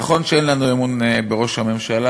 נכון שאין לנו אמון בראש הממשלה,